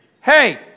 hey